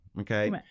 okay